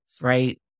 right